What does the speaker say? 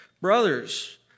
Brothers